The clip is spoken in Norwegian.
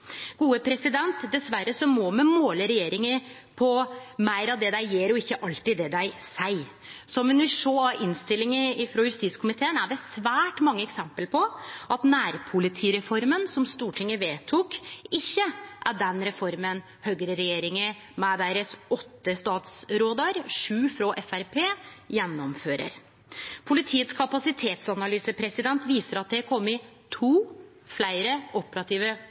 Dessverre må me måle regjeringa på meir av det dei gjer og ikkje alltid det dei seier. Som ein vil sjå av innstillinga frå justiskomiteen, er det svært mange eksempel på at nærpolitireforma som Stortinget vedtok, ikkje er den reforma høgreregjeringa, med deira åtte statsrådar, sju frå Framstegspartiet, gjennomfører. Politiets kapasitetsanalyse viser at det har kome to fleire operative